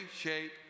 shape